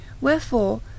wherefore